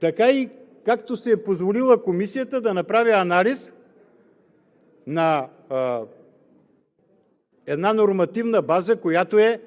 така и както си е позволила Комисията, да направи анализ на една нормативна база, която е